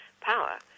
power